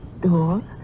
door